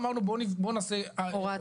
אמרנו בואו נעשה הוראת